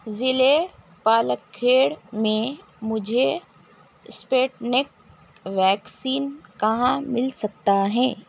ضلعے پالک کھیڑ میں مجھے اسپیٹنک ویکسین کہاں مل سکتا ہیں